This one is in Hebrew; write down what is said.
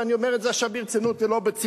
ואני אומר את זה עכשיו ברצינות, זה לא בציניות.